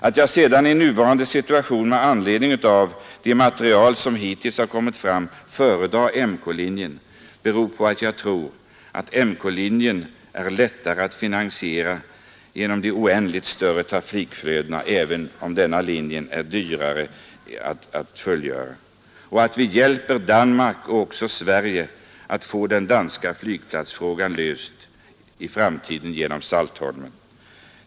När jag i nuvarande situation med anledning av det material som hittills har kommit fram föredrar MK-linjen, beror detta på att jag tror att MK-linjen är lättare att finansiera genom de oändligt större trafikflödena, även om denna linje är dyrare att fullfölja, och att vi hjälper Danmark och även Sverige att få den danska flygplatsfrågan löst i framtiden genom Saltholm.